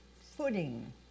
footing